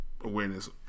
awareness